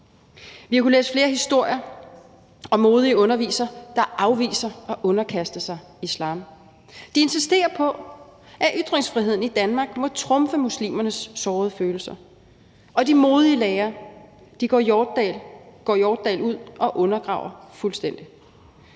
har kunnet læse flere historier om modige undervisere, der afviser at underkaste sig islam. De insisterer på, at ytringsfriheden i Danmark må trumfe muslimernes sårede følelser – og de modige lærere går Hjortdal ud og undergraver fuldstændig.